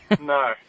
No